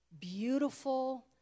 beautiful